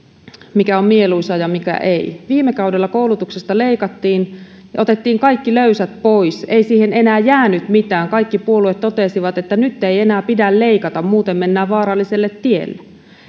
mikä on mieluisaa ja mikä ei viime kaudella koulutuksesta leikattiin ja otettiin kaikki löysät pois ei siihen enää jäänyt mitään kaikki puolueet totesivat että nyt ei enää pidä leikata muuten mennään vaaralliselle tielle